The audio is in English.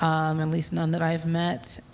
um and least none that i have met.